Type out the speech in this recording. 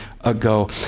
ago